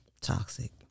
Toxic